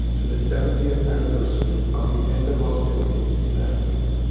to the seventieth anniversary of the end of hostilities in that war.